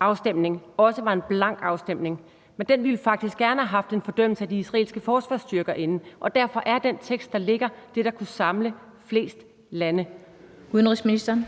afstemning også var en blank afstemning, men at de faktisk gerne ville have haft en fordømmelse af de israelske forsvarsstyrker med, og at den tekst, der ligger, faktisk er den, der kunne samle flest lande? Kl. 15:21 Den